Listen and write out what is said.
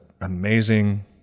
amazing